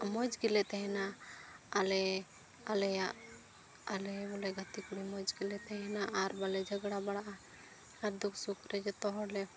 ᱢᱚᱡᱽ ᱜᱮᱞᱮ ᱛᱟᱦᱮᱱᱟ ᱟᱞᱮ ᱟᱞᱮᱭᱟᱜ ᱟᱞᱮ ᱵᱚᱞᱮ ᱜᱟᱛᱮ ᱠᱩᱲᱤ ᱢᱚᱡᱽ ᱜᱮᱞᱮ ᱛᱟᱦᱮᱱᱟ ᱟᱨ ᱵᱟᱞᱮ ᱡᱷᱚᱜᱽᱲᱟ ᱵᱟᱲᱟᱜᱼᱟ ᱟᱨ ᱫᱩᱠᱷ ᱥᱩᱠᱷ ᱨᱮ ᱡᱚᱛᱚ ᱦᱚᱲᱞᱮ